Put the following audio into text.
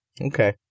Okay